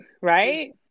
Right